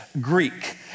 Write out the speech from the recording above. Greek